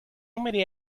many